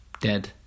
dead